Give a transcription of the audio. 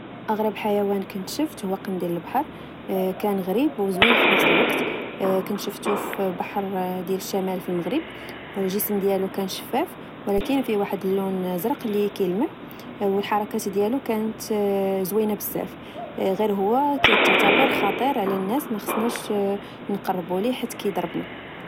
أغرب حيوان كنت شفت هو قنديل البحر، كان غريب وزوين في نفس الوقت، كنت شفتو في بحر ديال الشمال في المغرب،. الجسم ديالو كان شفاف ولك فيه واد اللون زرق لي كلمع، والحركات ديالو كانت زوينة بزاف، غير هو كتعتابر خطير على الناس، مخسناش نقربو ليه حيت كضربنا